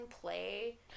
play